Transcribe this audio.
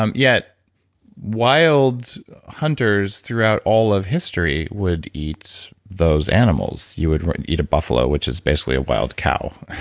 um yet wild hunters throughout all of history would eat those animals. you would eat a buffalo which is basically a wild cow.